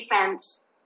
defense